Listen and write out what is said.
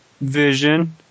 vision